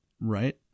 Right